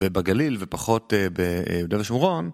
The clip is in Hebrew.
בגליל ופחות ביהודה ושומרון